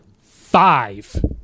Five